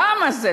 למה זה,